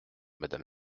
madame